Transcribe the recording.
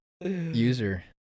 user